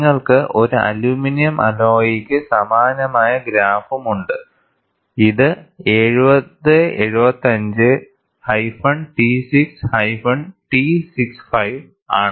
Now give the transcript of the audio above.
നിങ്ങൾക്ക് ഒരു അലുമിനിയം അലോയ്ക്ക് സമാനമായ ഗ്രാഫും ഉണ്ട് ഇത് 7075 t6 t65 ആണ്